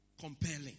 Compelling